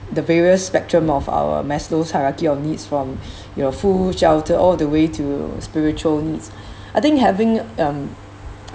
the various spectrum of our maslow's hierarchy of needs from your food shelter all the way to spiritual needs I think having um